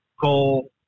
coal